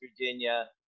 Virginia